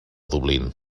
dublín